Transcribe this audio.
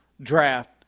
draft